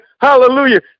hallelujah